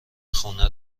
خونه